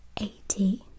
eighty